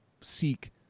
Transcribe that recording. seek